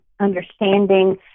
understanding